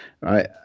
right